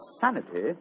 sanity